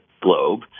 globe